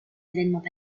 événements